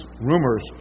rumors